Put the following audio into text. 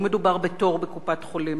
לא מדובר בתור בקופת-חולים,